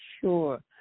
sure